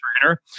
trainer